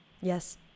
Yes